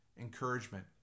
encouragement